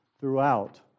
throughout